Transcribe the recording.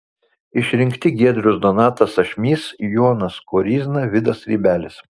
išrinkti giedrius donatas ašmys jonas koryzna vidas rybelis